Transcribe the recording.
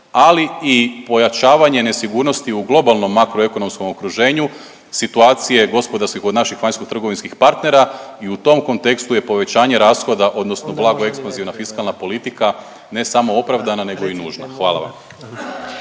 ali i pojačavanje nesigurnosti u globalnom makroekonomskom okruženju situacije gospodarskih od naših vanjskotrgovinskih partnera i u tom kontekstu je povećanje rashoda odnosno blago ekspanzivna fiskalna politika ne samo opravdana nego i nužna. Hvala vam.